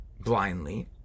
blindly